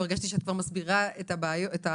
הרגשתי שאת כבר מסבירה את הבעיות,